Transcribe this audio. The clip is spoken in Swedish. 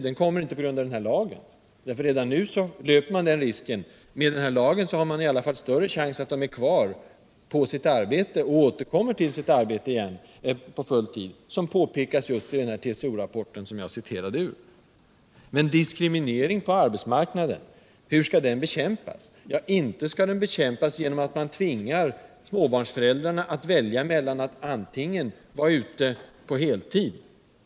Den uppstår inte på grund av den här lagen, utan med den blir chanserna större för att de stannar kvar på sina arbeten och återkommer för att arbeta på heltid, vilket också påpekades i den TCO rapport jag citerade. Här har talats om diskriminering på arbetsmarknaden. Hur skall den bekämpas? Ja, inte skall den bekämpas genom att man tvingar småbarnsföräldrar att välja mellan att arbeta på heltid.